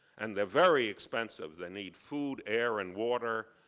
and they're very expensive. they need food, air, and water.